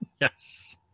Yes